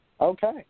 Okay